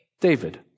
David